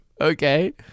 okay